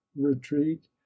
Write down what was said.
retreat